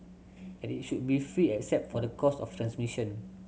and it should be free except for the cost of transmission